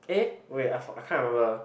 eh wait I can't remember